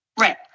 Right